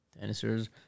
dinosaurs